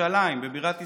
בירושלים, בבירת ישראל.